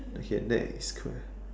okay next question